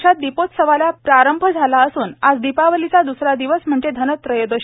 देशात दीपोत्सवाला प्रारंभ झाला असून आज दीपावलीचा द्सरा दिवस म्हणजे धनत्रयोदशी